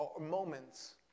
moments